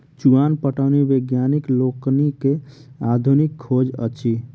चुआन पटौनी वैज्ञानिक लोकनिक आधुनिक खोज अछि